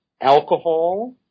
alcohol